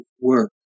work